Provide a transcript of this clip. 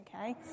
okay